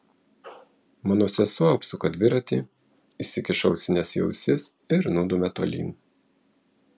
mano sesuo apsuka dviratį įsikiša ausines į ausis ir nudumia tolyn